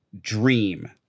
Dream